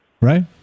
Right